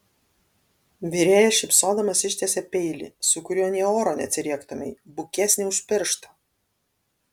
virėjas šypsodamas ištiesia peilį su kuriuo nė oro neatsiriektumei bukesnį už pirštą